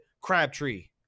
Crabtree